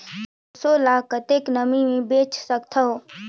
सरसो ल कतेक नमी मे बेच सकथव?